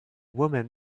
woman